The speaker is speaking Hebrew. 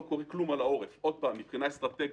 לא קורה כלום על העורף מבחינה אסטרטגית.